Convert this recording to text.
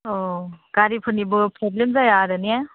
औ गारिफोरनिबो प्रब्लेम जाया आरो ने